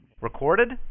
Recorded